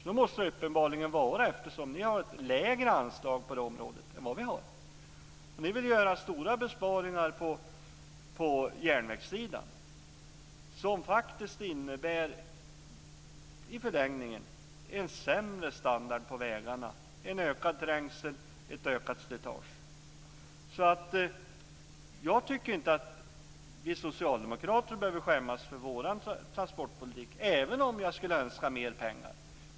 Så måste det uppenbarligen vara, eftersom ni har ett lägre anslag på området än vad vi har. Ni vill göra stora besparingar på järnvägssidan som i förlängningen faktiskt innebär en sämre standard på vägarna, en ökad trängsel och ett ökat slitage. Jag tycker inte att vi socialdemokrater behöver skämmas för vår transportpolitik, även om jag skulle önska mer pengar.